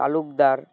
Talukdar